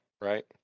right